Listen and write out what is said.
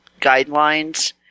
guidelines